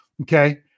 okay